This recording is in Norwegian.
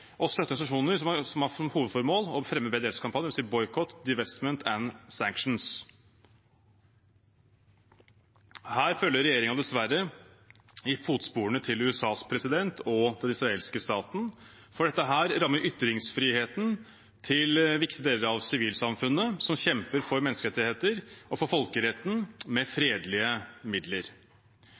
støtte organisasjoner som har uttrykt hovedformål å fremme BDS-kampanjen Her følger regjeringen dessverre i fotsporene til USAs president og den israelske staten, for dette rammer ytringsfriheten til viktige deler av sivilsamfunnet som kjemper for menneskerettigheter og for folkeretten med fredelige midler.